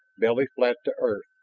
belly flat to earth,